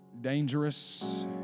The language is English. dangerous